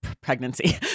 pregnancy